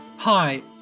Hi